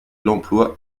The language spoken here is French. l’emploi